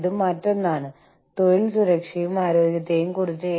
കോക്കും പെപ്സിയും എന്താണെന്ന് എല്ലാവർക്കും അറിയാം